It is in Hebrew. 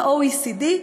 ל-OECD,